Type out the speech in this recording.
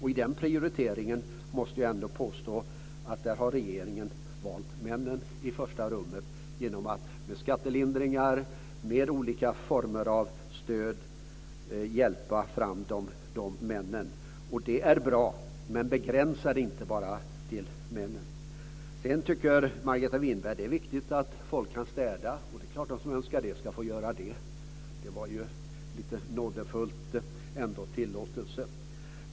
I den prioriteringen, måste jag ändå påstå, har regeringen valt männen i första rummet genom att med skattelindringar och med olika former av stöd hjälpa fram männen. Och det är bra. Men begränsa det inte till bara männen! Sedan tycker Margareta Winberg att det är viktigt att folk kan städa och att de som så önskar självklart ska få göra det. Det var ju en nådefull tillåtelse.